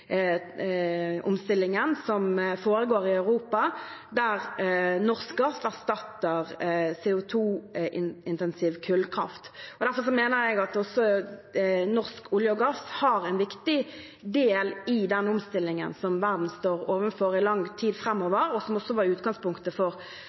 som foregår i Europa, der norsk gass erstatter CO 2 -intensiv kullkraft. Derfor mener jeg at også norsk olje og gass har en viktig del i den omstillingen verden står overfor, i lang tid